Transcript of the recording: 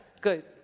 Good